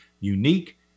Unique